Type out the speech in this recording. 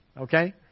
okay